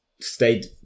stayed